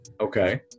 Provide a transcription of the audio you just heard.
Okay